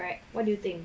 right what do you think